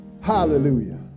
hallelujah